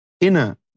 inner